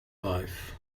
life